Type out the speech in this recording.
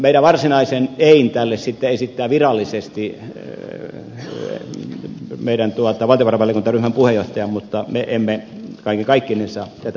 meidän varsinaisen ein tälle sitten esittää virallisesti meidän valtiovarainvaliokuntaryhmän puheenjohtaja mutta me emme kaiken kaikkinensa tätä esitystä hyväksy